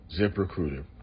ZipRecruiter